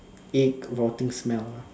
egg rotting smell lah